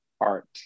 art